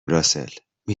راسل، می